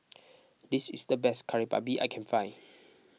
this is the best Kari Babi I can find